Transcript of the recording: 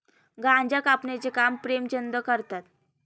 गांजा कापण्याचे काम प्रेमचंद करतात